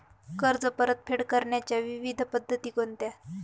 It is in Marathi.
कर्ज परतफेड करण्याच्या विविध पद्धती कोणत्या?